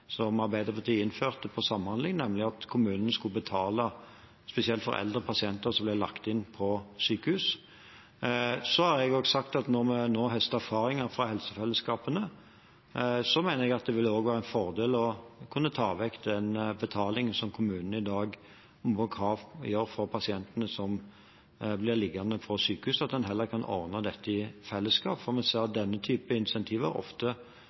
som Arbeiderpartiet innførte for samhandling, nemlig at kommunen skulle betale spesielt for eldre pasienter som ble lagt inn på sykehus. Så har jeg også sagt at når vi nå høster erfaringer fra helsefellesskapene, vil det også være en fordel å kunne ta vekk den betalingen som kommunen i dag – gjennom krav – gjør for pasientene som blir liggende på sykehus, og at en heller kan ordne dette i fellesskap. For vi ser at denne typen insentiver ofte